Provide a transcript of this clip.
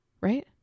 right